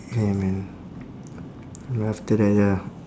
yeah man right after that ya